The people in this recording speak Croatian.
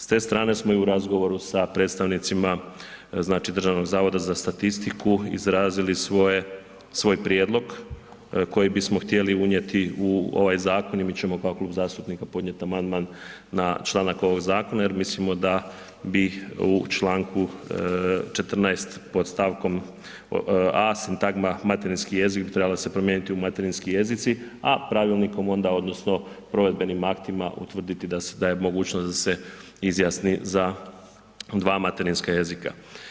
S te strane smo i u razgovoru sa predstavnicima znači Državnog zavoda za statistiku izrazili svoj prijedlog koji bismo htjeli unijeti u ovaj zakon i mi ćemo kao klub zastupnika podnijeti amandman na članak ovog zakona jer mislimo da bi u Članku 14. pod stavkom a) sintagma materinski jezik bi trebala se promijeniti u materinski jezici, a pravilnikom onda odnosno provedbenim aktima utvrditi da je mogućnost da se izjasni za 2 materinska jezika.